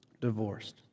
divorced